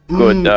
good